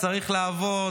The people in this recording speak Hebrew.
צריך לעבוד,